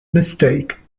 mistake